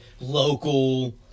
local